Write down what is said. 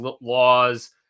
laws